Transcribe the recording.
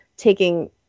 taking